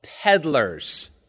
Peddlers